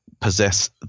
possess